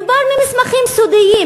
מדובר במסמכים סודיים.